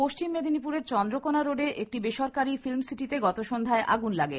পশ্চিম মেদিনীপুরের চন্দ্রকোণা রোডে একটি বেসরকারী ফিল্ম সিটিতে গত সন্ধ্যায় আগুন লাগে